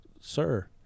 sir